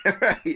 right